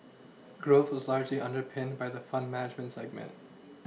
growth was largely underPinned by the fund management segment